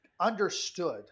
understood